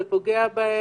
זה פוגע בהם.